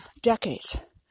decades